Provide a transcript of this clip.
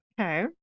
Okay